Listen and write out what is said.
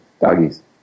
Doggies